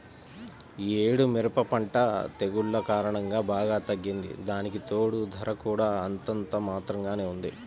యీ యేడు మిరప పంట తెగుల్ల కారణంగా బాగా తగ్గింది, దానికితోడూ ధర కూడా అంతంత మాత్రంగానే ఉంది